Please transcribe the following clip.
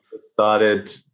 started